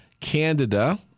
Candida